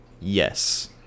yes